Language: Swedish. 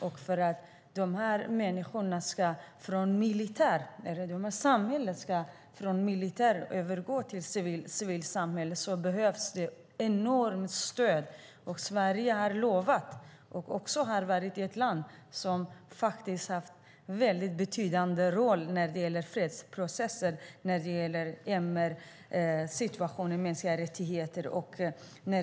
När dessa samhällen ska övergå från att vara militära till att bli civila behövs ett enormt stöd, vilket Sverige har utlovat. Sverige har spelat en betydande roll i fredsprocesser och när det gäller mänskliga rättigheter.